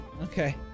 okay